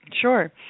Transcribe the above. Sure